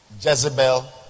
Jezebel